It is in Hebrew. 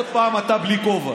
עוד פעם אתה בלי כובע.